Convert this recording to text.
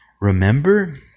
remember